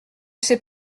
sais